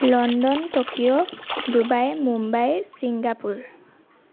London Tokyo Dubai Mumbai Singapore